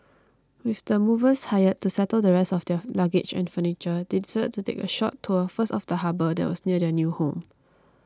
with the movers hired to settle the rest of their luggage and furniture they decided to take a short tour first of the harbour that was near their new home